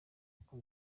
uko